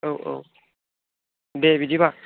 औ औ दे बिदिबा